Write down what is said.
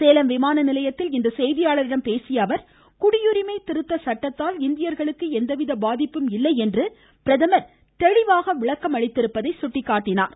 சேலம் விமான நிலையத்தில் இன்று செய்தியாளர்களிடம் பேசிய அவர் குடியுரிமை திருத்த சட்டத்தால் இந்தியர்களுக்கு எவ்வித பாதிப்பும் இல்லை என்று பிரதமர் தெளிவான விளக்கம் அளித்திருப்பதை சுட்டிக் காட்டினார்